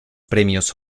premios